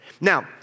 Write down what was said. Now